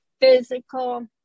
physical